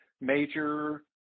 major